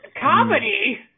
Comedy